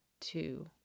two